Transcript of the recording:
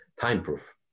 time-proof